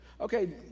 Okay